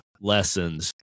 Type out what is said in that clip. lessons